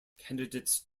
candidates